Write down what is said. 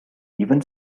even